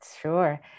Sure